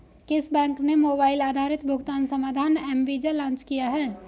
किस बैंक ने मोबाइल आधारित भुगतान समाधान एम वीज़ा लॉन्च किया है?